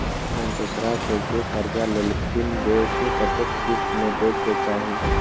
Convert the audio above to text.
हम दोसरा से जे कर्जा लेलखिन वे के कतेक किस्त में दे के चाही?